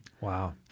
Wow